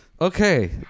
Okay